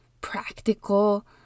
practical